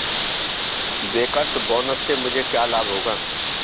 Bankers bonus से मुझे क्या लाभ होगा?